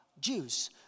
Jews